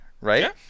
right